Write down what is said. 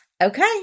Okay